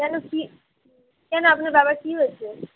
কেন কি কেন আপনার বাবার কী হয়েছে